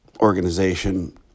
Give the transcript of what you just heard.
organization